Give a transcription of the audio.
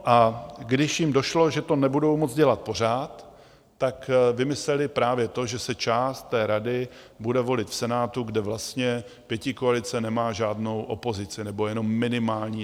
A když jim došlo, že to nebudou moct dělat pořád, vymysleli právě to, že se část rady bude volit v Senátu, kde vlastně pětikoalice nemá žádnou opozici, nebo jenom minimální.